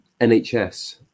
NHS